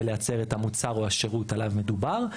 לייצר את המוצר או השירות עליו מדובר,